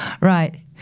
Right